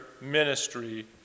ministry